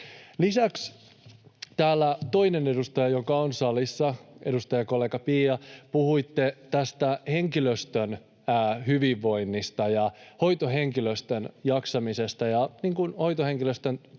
Lisäksi täällä on toinen edustaja, joka on salissa, edustajakollega Pia. Puhuitte tästä henkilöstön hyvinvoinnista ja hoitohenkilöstön jaksamisesta ja hoitohenkilöstön